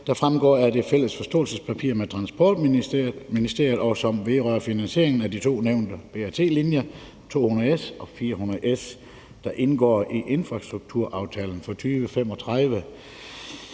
der fremgår af det fælles forståelsespapir med Transportministeriet, og som vedrører finansieringen af de to nævnte BRT-linjer, 200S og 400S, der indgår i infrastrukturaftalen for 2035.